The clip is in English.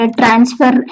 transfer